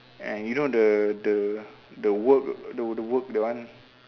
and you know the the the word the word that one